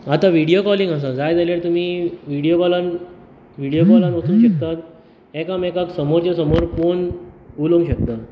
आता video calling आसा जाय जाल्यार तुमी व्हिडियो कॉलान व्हिडियो कॉलान वचूंक शकतात एकामेकांक समोरचे समोर पोवन उलोवंक शकता